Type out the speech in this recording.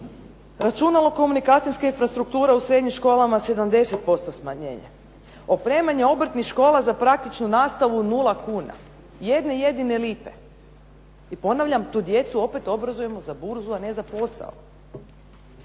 Računalo komunikacijske infrastrukture u srednjim školama 70% smanjenje. Opremanje obrtnih škola za praktičnu nastavu 0 kuna, jedne jedine lipe. I ponavljam, tu djecu opet obrazujemo za burzu, a ne za posao.